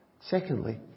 Secondly